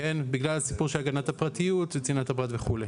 בגלל הסיפור של הגנת הפרטיות וצנעת הפרט וכו',